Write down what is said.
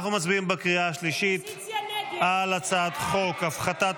אנחנו מצביעים בקריאה השלישית על הצעת חוק הפחתת